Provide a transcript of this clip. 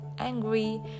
angry